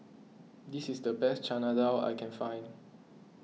this is the best Chana Dal I can find